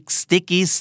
sticky